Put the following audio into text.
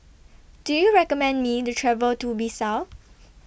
Do YOU recommend Me The travel to Bissau